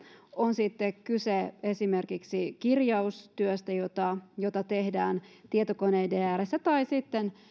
on sitten kyse esimerkiksi kirjaustyöstä jota jota tehdään tietokoneiden ääressä tai sitten